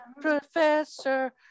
professor